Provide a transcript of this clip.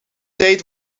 tijd